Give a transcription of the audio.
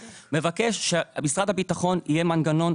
אני מבקש שבמשרד הביטחון יהיה מנגנון